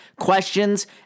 questions